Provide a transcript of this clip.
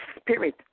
spirit